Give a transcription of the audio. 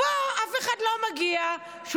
תראו, מדהים, צפיפות אוכלוסין.